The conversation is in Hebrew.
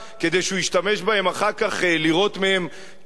שהוא ישתמש בהם אחר כך לירות מהם טילים?